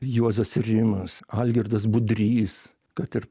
juozas rimas algirdas budrys kad ir